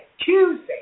Tuesday